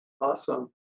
Awesome